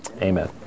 Amen